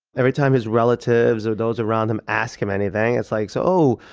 every time his relatives or those around him ask him anything, it's like, so, oh,